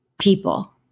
people